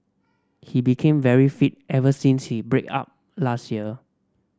he became very fit ever since he break up last year